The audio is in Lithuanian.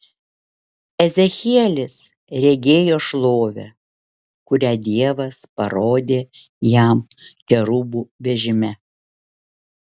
ezechielis regėjo šlovę kurią dievas parodė jam kerubų vežime